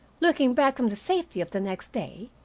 looking back from the safety of the next day,